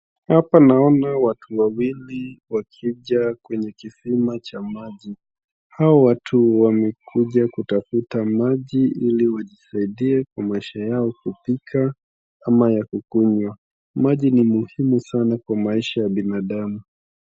Hapa naona watu wawili wakija kwenye kisima maji. Hao watu wamekuja kutafuta maji ili wajisaidie kwa maisha yao kwa kupika ama kwa kukunywa. Maji ni muhimu sana kwa maisha ya binadamu.